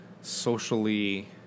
socially